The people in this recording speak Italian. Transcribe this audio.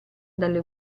dalle